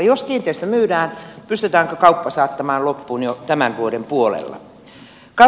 jos kiinteistö myydään pystytäänkö kauppa saattamaan loppuun jo tämän vuoden puolella